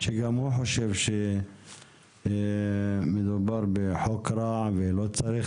שגם הוא חושב שמדובר בחוק רע ולא צריך